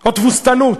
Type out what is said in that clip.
או תבוסתנות?